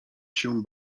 się